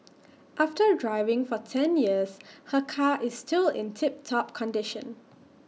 after driving for ten years her car is still in tip top condition